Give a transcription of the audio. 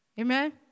Amen